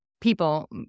people